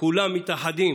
כולם מתאחדים